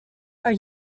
are